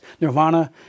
nirvana